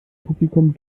publikum